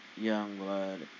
Youngblood